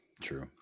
true